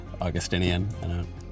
Augustinian